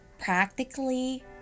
practically